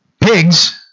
Pigs